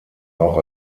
auch